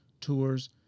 tours